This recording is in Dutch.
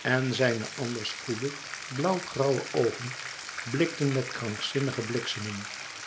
en zijne anders goede blauwgrauwe oogen blikten met krankzinnige